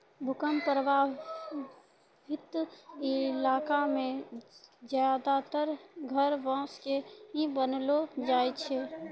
भूकंप प्रभावित इलाका मॅ ज्यादातर घर बांस के ही बनैलो जाय छै